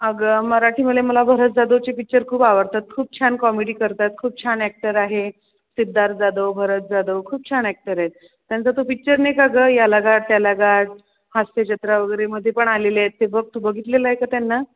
अगं मराठी मला मला भरत जाधवचे पिक्चर खूप आवडतात खूप छान कॉमेडी करतात खूप छान ऍक्टर आहे सिद्धार्थ जाधव भरत जाधव खूप छान ऍक्टर आहेत त्यांचा तो पिक्चर नाही का ग याला गाड त्याला गाड हास्यजत्रा वगैरे मध्ये पण आलेले आहेत ते बघ तू बघितलेलं आहे का त्यांना